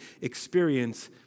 experience